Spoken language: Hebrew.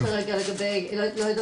חשוב להבין